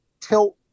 tilt